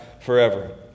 forever